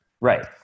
Right